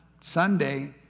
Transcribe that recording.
Sunday